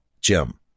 Jim